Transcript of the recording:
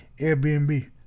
Airbnb